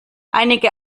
einige